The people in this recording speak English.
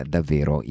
Davvero